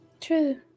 True